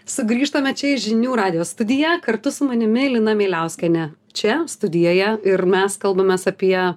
sugrįžtame čia į žinių radijo studiją kartu su manimi lina mieliauskienė čia studijoje ir mes kalbamės apie